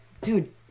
dude